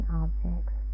objects